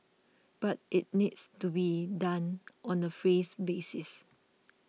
but it needs to be done on a phase basis